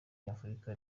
nyafurika